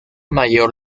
mayor